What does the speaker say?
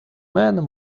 man